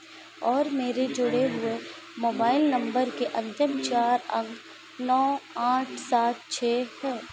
और मेरे जुड़े हुए मोबाइल नम्बर के अन्तिम चार अंक नौ आठ सात छः है